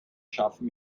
schaffen